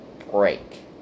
Break